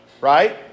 right